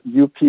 UP